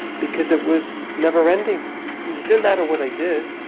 because it was never-ending. and it didn't matter what i did.